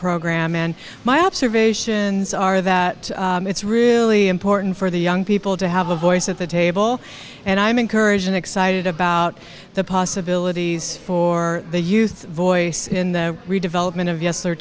program and my observations are that it's really important for the young people to have a voice at the table and i'm encouraged and excited about the possibilities for the youth voice in the redevelopment of